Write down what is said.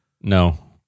No